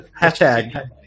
Hashtag